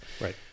Right